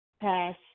pass